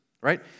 Right